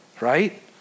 right